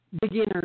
beginners